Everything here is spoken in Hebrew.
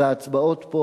וההצבעות פה,